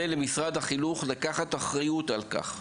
ולמשרד החינוך לקחת אחריות על כך.